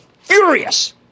furious